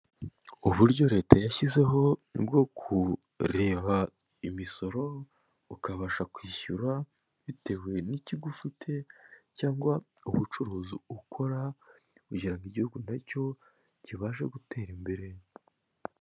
Uburyo leta yashyizeho bwo kureba imisoro ukabasha kwishyura bitewe n'ikigo ufite cyangwa ubucuruzi ukora kugira ngo igihugu nacyo kibashe gutera imbere.